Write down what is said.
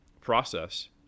process